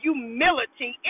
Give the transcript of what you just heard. humility